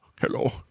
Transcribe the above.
Hello